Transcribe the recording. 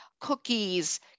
cookies